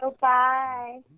Bye